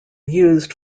used